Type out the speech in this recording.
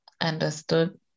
understood